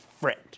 friend